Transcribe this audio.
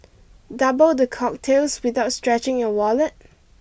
double the cocktails without stretching your wallet